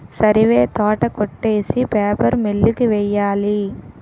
సరివే తోట కొట్టేసి paper mill కి వెయ్యాలి